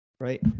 Right